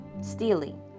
Stealing